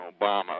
Obama